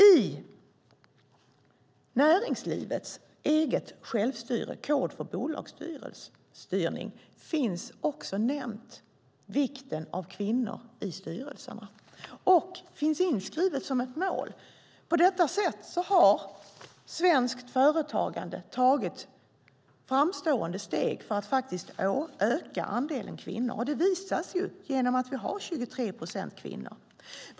I näringslivets självreglering, kod för bolagsstyrning, finns också nämnt vikten av kvinnor i styrelserna, och det finns inskrivet som ett mål. På detta sätt har svenskt företagande tagit framstående steg för att öka andelen kvinnor, och det visar sig ju genom att vi har 23 procent kvinnor.